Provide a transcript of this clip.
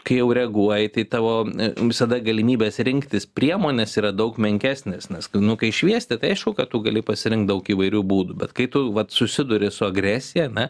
kai jau reaguoji tai tavo visada galimybės rinktis priemones yra daug menkesnės nes nu kai šviesti tai aišku kad tu gali pasirinkt daug įvairių būdų bet kai tu vat susiduri su agresija ar ne